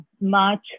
March